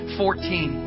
fourteen